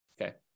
okay